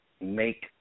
make